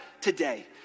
today